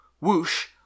whoosh